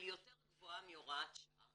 אבל היא יותר גבוהה מהוראת שעה.